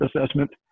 assessment